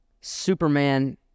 Superman